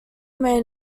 may